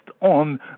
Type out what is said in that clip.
on